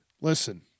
Listen